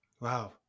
Wow